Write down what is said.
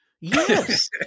Yes